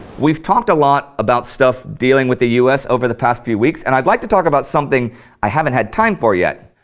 we've talked a lot about stuff dealing with the us over the past few weeks and i'd like to talk about something i haven't had time for yet,